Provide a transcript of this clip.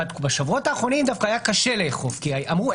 בשבועות האחרונים דווקא היה קשה לאכוף כי אמרו: